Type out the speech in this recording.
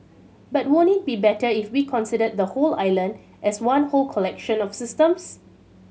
but won't it be better if we consider the whole island as one whole collection of systems